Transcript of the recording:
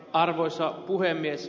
arvoisa puhemies